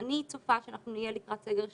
אני צופה שאנחנו נהיה לקראת סגר שלישי,